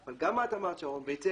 אבל גם את אמרת בצדק,